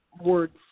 words